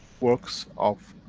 works of